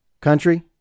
Country